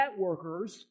networkers